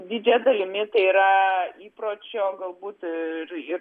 didžia dalimi tai yra įpročio galbūt ir